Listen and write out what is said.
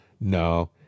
No